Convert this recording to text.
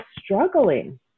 struggling